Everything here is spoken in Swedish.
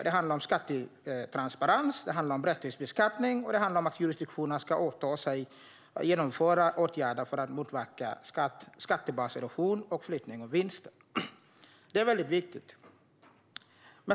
Det handlar om skattetransparens, om rättvis beskattning och om att jurisdiktionerna ska åta sig att vidta åtgärder för att motverka skattebaserosion och flyttning av vinsten. Detta är väldigt viktigt.